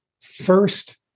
First